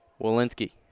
Walensky